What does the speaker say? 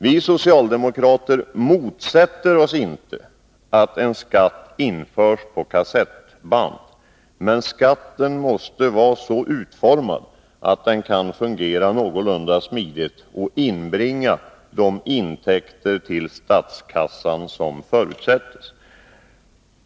Vi socialdemokrater motsätter oss inte att en skatt på kassettband införs, men skatten måste vara så utformad att den kan fungera någorlunda smidigt och inbringa de intäkter till statskassan som förutsätts.